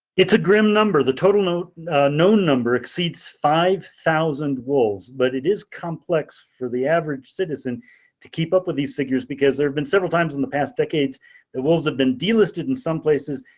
it's a grim number. the total known number exceeds five thousand wolves. but it is complex for the average citizen to keep up with these figures because there have been several times in the past decades the wolves have been delisted in some places,